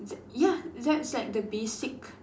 ya that's like the basic